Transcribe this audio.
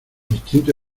instinto